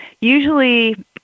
usually